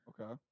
Okay